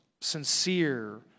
sincere